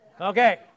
Okay